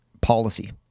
policy